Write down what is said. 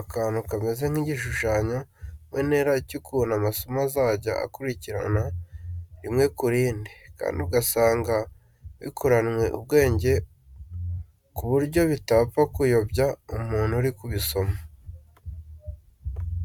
akantu kameze nk'igishushanyo mbonera cy'ukuntu amasomo azajya akurikirana rimwe ku rindi, kandi ugasanga bikoranywe ubwenge ku buryo bitapfa kuyobya umuntu uri kubisoma.